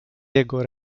jego